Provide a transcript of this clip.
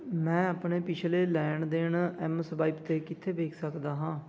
ਮੈਂ ਆਪਣੇ ਪਿਛਲੇ ਲੈਣ ਦੇਣ ਐੱਮ ਸਵਾਇਪ 'ਤੇ ਕਿੱਥੇ ਵੇਖ ਸਕਦਾ ਹਾਂ